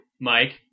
Mike